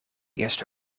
eerste